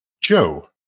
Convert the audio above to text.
joe